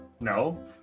No